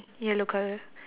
yellow colour